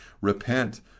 repent